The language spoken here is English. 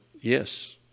Yes